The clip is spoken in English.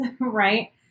right